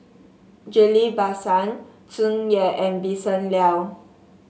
Ghillie Basan Tsung Yeh and Vincent Leow